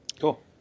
Cool